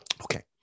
Okay